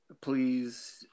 please